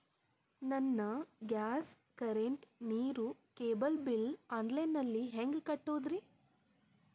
ನನ್ನ gas, current, ನೇರು, cable bill online ನಲ್ಲಿ ಹೆಂಗ್ ಕಟ್ಟೋದ್ರಿ?